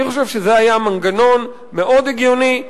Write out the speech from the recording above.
אני חושב שזה היה מנגנון מאוד הגיוני,